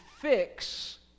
fix